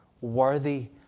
worthy